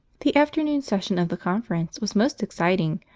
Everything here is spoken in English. the afternoon session of the conference was most exciting,